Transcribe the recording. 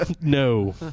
No